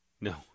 No